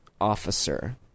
officer